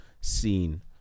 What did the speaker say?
seen